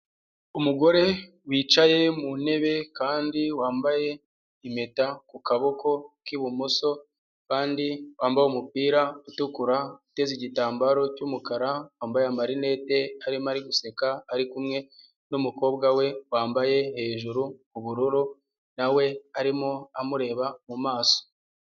Umugore wicaye mu ntebe kandi wambaye impeta ku kaboko k'ibumoso kandi wambaye umupira utukura uteze igitambaro cy'umukara, wambaye marinete arimo ari guseka, ari kumwe n'umukobwa we wambaye hejuru ubururu na we arimo amureba mu maso.